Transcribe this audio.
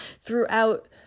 Throughout